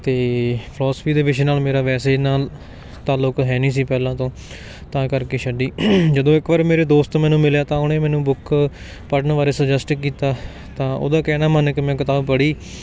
ਅਤੇ ਫਲੋਸਫੀ ਦੇ ਵਿਸ਼ੇ ਨਾਲ ਮੇਰਾ ਵੈਸੇ ਨਾਲ ਤਾਲੁਕ ਹੈ ਨਹੀਂ ਸੀ ਪਹਿਲਾਂ ਤੋਂ ਤਾਂ ਕਰਕੇ ਛੱਡੀ ਜਦੋਂ ਇੱਕ ਵਾਰ ਮੇਰੇ ਦੋਸਤ ਮੈਨੂੰ ਮਿਲਿਆ ਤਾਂ ਓਹਨੇ ਮੈਨੂੰ ਬੁੱਕ ਪੜ੍ਹਨ ਬਾਰੇ ਸੁਜੈਸਟ ਕੀਤਾ ਤਾਂ ਓਹਦਾ ਕਹਿਣਾ ਮੰਨ ਕੇ ਮੈਂ ਕਿਤਾਬ ਪੜ੍ਹੀ